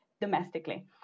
domestically